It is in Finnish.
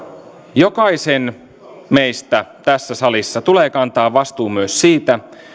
jokaisen meistä tässä salissa tulee kantaa vastuu myös siitä